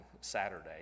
Saturday